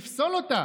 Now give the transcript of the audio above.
לפסול אותה,